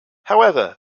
however